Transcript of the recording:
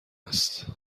است